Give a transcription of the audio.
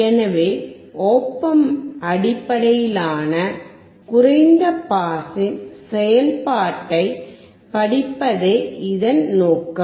எனவே op amp அடிப்படையிலான குறைந்த பாஸின் செயல்பாட்டைப் படிப்பதே இதன் நோக்கம்